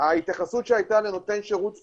ההתייחסות שהייתה לנותן שירות פיננסי,